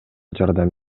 жардам